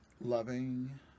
loving